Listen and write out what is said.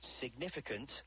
significant